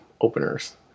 openers